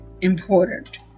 important